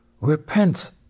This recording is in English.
Repent